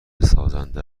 سازنده